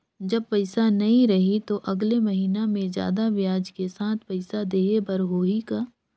जब पइसा नहीं रही तो अगले महीना मे जादा ब्याज के साथ पइसा देहे बर होहि का?